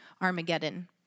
Armageddon